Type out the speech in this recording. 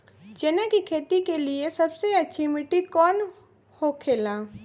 चना की खेती के लिए सबसे अच्छी मिट्टी कौन होखे ला?